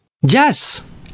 Yes